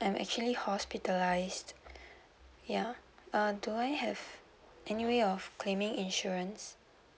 I'm actually hospitalised ya err do I have any way of claiming insurance